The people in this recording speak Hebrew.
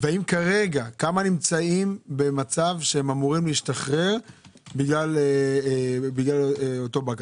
וכמה נמצאים במצב שאמורים להשתחרר בגלל אותו בג"ץ?